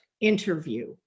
interview